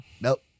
Nope